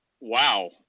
Wow